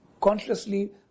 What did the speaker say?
consciously